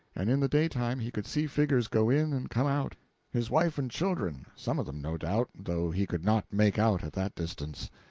and in the daytime he could see figures go in and come out his wife and children, some of them, no doubt, though he could not make out at that distance.